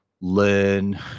learn